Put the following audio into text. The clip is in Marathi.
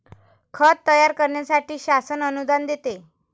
खत तयार करण्यासाठी शासन अनुदान देते